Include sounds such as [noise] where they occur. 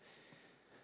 [breath]